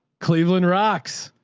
cleveland rocks.